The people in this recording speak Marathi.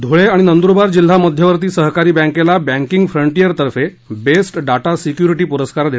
धूळे आणि नंदुरबार जिल्हा मध्यवर्ती सहकारी बँकेला बँकिंग फ्रंटियरतर्फे बेस्ट डाटा सिक्युरटी पुरस्कार देण्यात आला आहे